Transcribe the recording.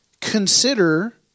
consider